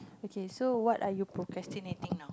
okay so what are you procrastinating now